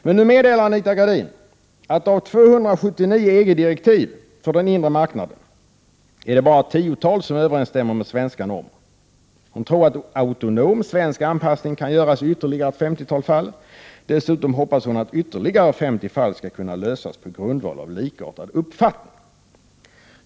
Men nu meddelar Anita Gradin att av 279 EG-direktiv för den inre marknaden är det bara ett tiotal som överensstämmer med svenska normer. Hon tror att en autonom svensk anpassning kan göras i ytterligare ett femtiotal fall. Dessutom hoppas hon att ytterligare ett femtiotal fall skall kunna lösas på grundval av likartad uppfattning.